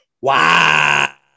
Wow